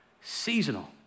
Seasonal